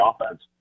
offense